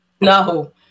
No